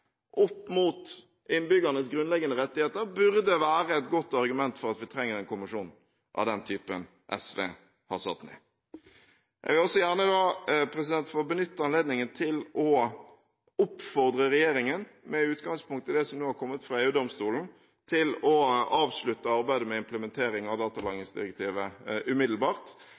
opp mot innbyggernes grunnleggende rettigheter, burde være et godt argument for at vi trenger en kommisjon av den typen SV foreslår. Jeg vil også gjerne få benytte anledningen til å oppfordre regjeringen, med utgangspunkt i det som nå har kommet fra EU-domstolen, til å avslutte arbeidet med implementering av datalagringsdirektivet umiddelbart.